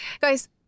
Guys